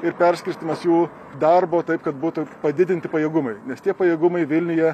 ir perskirstymas jų darbo taip kad būtų padidinti pajėgumai nes tie pajėgumai vilniuje